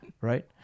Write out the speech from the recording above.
right